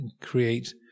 create